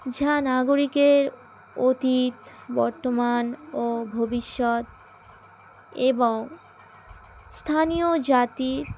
যা নাগরিকের অতীত বর্তমান ও ভবিষ্যৎ এবং স্থানীয় জাতির